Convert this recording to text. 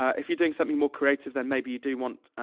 if you're doing something more creative then maybe you do want,